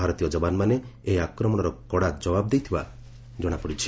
ଭାରତୀୟ ଯବାନମାନେ ଏହି ଆକ୍ରମଣର କଡ଼ା ଯବାନ ଦେଇଥିବା ଜଣାପଡ଼ିଛି